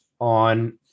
on